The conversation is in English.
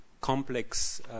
complex